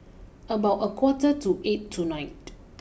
about a quarter to eight tonight